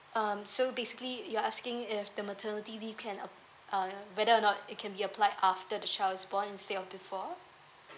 um so basically you're asking if the maternity leave can uh uh whether or not it can be applied after the child's born instead of before